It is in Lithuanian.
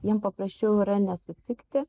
jiem paprasčiau yra nesutikti